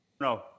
No